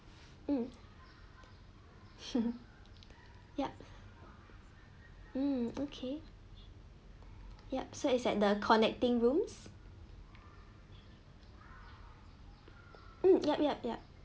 um yup mm okay yup so is at the connecting rooms mm yup yup yup